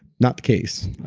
not the case,